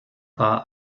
war